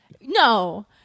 No